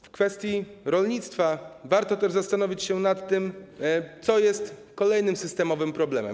W kwestii rolnictwa warto też zastanowić się nad tym, co jest kolejnym systemowym problemem.